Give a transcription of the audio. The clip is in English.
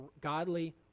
godly